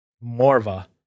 Morva